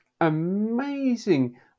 amazing